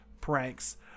pranks